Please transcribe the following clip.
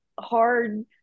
hard